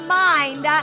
mind